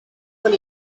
con